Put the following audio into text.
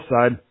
side